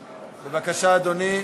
בבקשה, אדוני.